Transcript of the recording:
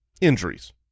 Injuries